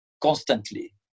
constantly